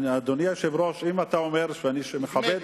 אדוני היושב-ראש, אם אתה אומר, אני מכבד.